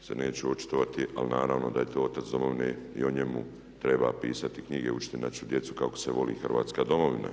se neću očitovati ali naravno da je to otac Domovine i o njemu treba pisati knjige, učiti našu djecu kako se voli hrvatska Domovina.